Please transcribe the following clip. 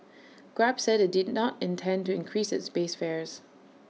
grab said IT did not intend to increase its base fares